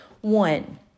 One